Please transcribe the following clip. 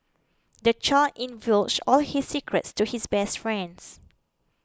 the child all his secrets to his best friends